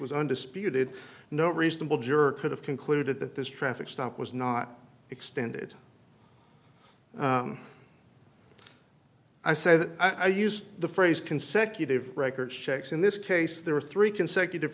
was undisputed no reasonable juror could have concluded that this traffic stop was not extended i say that i used the phrase consecutive record checks in this case there were three consecutive